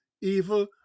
evil